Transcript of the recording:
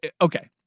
Okay